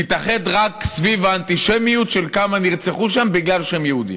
נתאחד רק סביב האנטישמיות של כמה שנרצחו שם בגלל שהם יהודים.